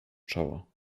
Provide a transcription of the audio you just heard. czoło